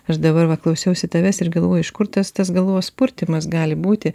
aš dabar va klausiausi tavęs ir galvoju iš kur tas tas galvos purtymas gali būti